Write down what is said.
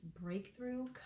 breakthrough